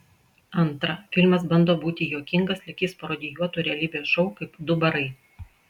antra filmas bando būti juokingas lyg jis parodijuotų realybės šou kaip du barai